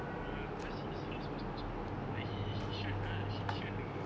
no ah because his house was too small like he he he showed uh showed the